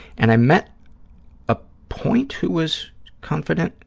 and i met a point who was confident